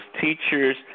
teachers